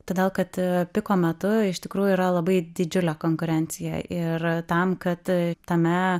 todėl kad piko metu iš tikrųjų yra labai didžiulė konkurencija ir tam kad tame